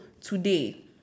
today